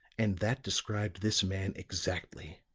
and that described this man exactly.